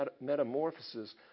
metamorphosis